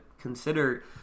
consider